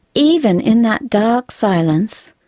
even in that dark silence,